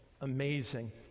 amazing